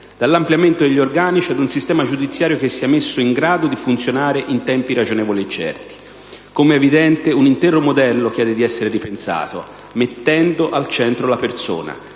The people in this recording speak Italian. dall'ampliamento degli organici ad un sistema giudiziario che sia messo in grado di funzionare in tempi ragionevoli e certi. Come è evidente, un intero modello chiede di essere ripensato, mettendo al centro la persona,